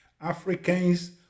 Africans